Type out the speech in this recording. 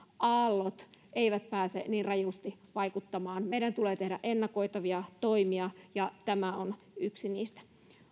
aallot eivät pääse niin rajusti vaikuttamaan meidän tulee tehdä ennakoivia toimia ja tämä on yksi niistä